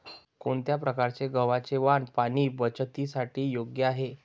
कोणत्या प्रकारचे गव्हाचे वाण पाणी बचतीसाठी योग्य आहे?